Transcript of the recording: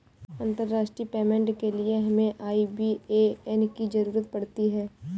अंतर्राष्ट्रीय पेमेंट के लिए हमें आई.बी.ए.एन की ज़रूरत पड़ती है